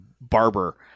barber